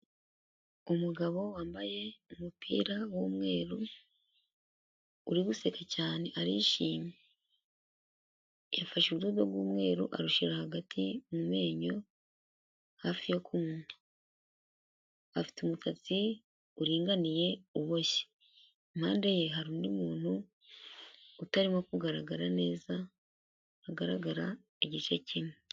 Umugabo wambaye umupira w'umweru, uri guseka cyane arishimye, yafite urudodo rw'umweru arushyira hagati mu menyo hafi yo ku munwa. Afite umusatsi uringaniye uboshye, Impande ye hari undi muntu utarimo kugaragara neza agaragara igice kimwe.